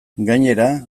gainera